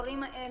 הדברים האלו.